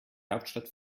hauptstadt